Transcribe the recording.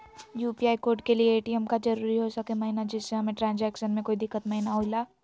UPI code के लिए ATM का जरूरी हो सके महिना जिससे हमें ट्रांजैक्शन में कोई दिक्कत महिना हुई ला?